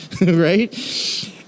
right